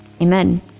Amen